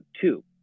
two